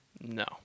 no